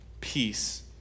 peace